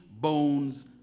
bones